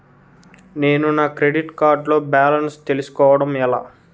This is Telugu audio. నేను నా క్రెడిట్ కార్డ్ లో బాలన్స్ తెలుసుకోవడం ఎలా?